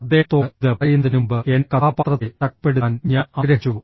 അദ്ദേഹത്തോട് ഇത് പറയുന്നതിനുമുമ്പ് എന്റെ കഥാപാത്രത്തെ ശക്തിപ്പെടുത്താൻ ഞാൻ ആഗ്രഹിച്ചു